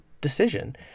decision